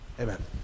Amen